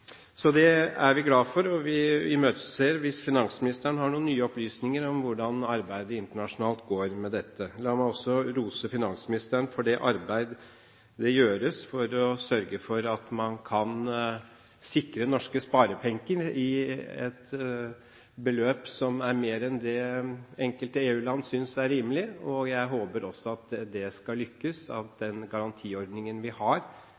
Så det er vi glad for. Hvis finansministeren har noen nye opplysninger om hvordan arbeidet internasjonalt går når det gjelder dette, imøteser vi det. La meg også rose finansministeren for det arbeidet som gjøres for å sørge for at man kan sikre norske sparepenger i et beløp som er mer enn det enkelte EU-land synes er rimelig. Jeg håper at det skal lykkes, at den garantiordningen vi har,